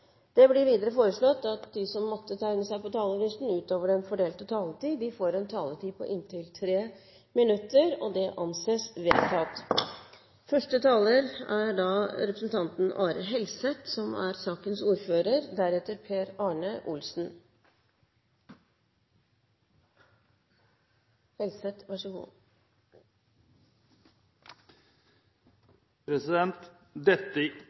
Videre blir det foreslått at de som måtte tegne seg på talerlisten utover den fordelte taletid, får en taletid på inntil 3 minutter. – Det anses vedtatt. Dette representantforslaget tar opp tre temaer som alle er